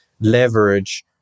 leverage